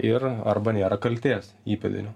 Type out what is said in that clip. ir arba nėra kaltės įpėdinio